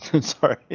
Sorry